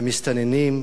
והמסתננים,